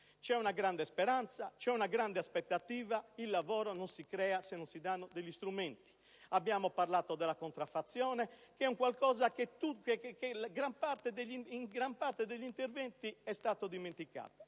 C'è una grande speranza, una grande aspettativa; il lavoro non si crea senza dare strumenti. Abbiamo parlato della contraffazione, qualcosa che in gran parte degli interventi è stato dimenticato.